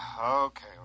Okay